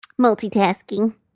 Multitasking